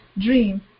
dream